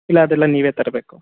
ಇಲ್ಲ ಅದೆಲ್ಲ ನೀವೇ ತರಬೇಕು